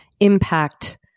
impact